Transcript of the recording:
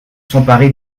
s’emparer